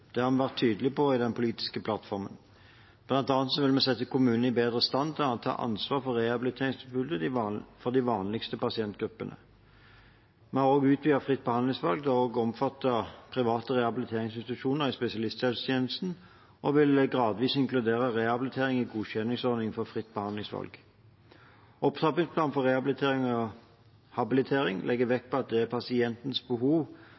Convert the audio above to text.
Det har vi vært tydelige på i den politiske plattformen. Vi vil bl.a. sette kommunene bedre i stand til å ta ansvar for rehabiliteringstilbudet for de vanligste pasientgruppene. Videre har vi utvidet fritt behandlingsvalg til også å omfatte private rehabiliteringsinstitusjoner i spesialisthelsetjenesten og vil gradvis inkludere rehabilitering i godkjenningsordning for fritt behandlingsvalg. Opptrappingsplanen for rehabilitering og habilitering legger vekt på at det er pasientens behov